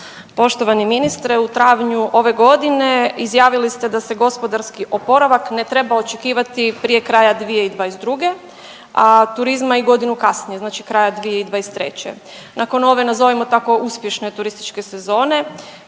Poštovani ministre, u travnju ove godine izjavili ste da se gospodarski oporavak ne treba očekivati prije kraja 2022., a turizma i godinu kasnije, znači kraja 2023. Nakon ove, nazovimo tako uspješne turističke sezone,